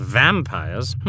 vampires